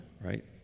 Right